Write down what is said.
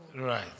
Right